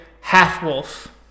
half-wolf